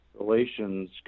relations